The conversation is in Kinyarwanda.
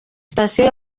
sitasiyo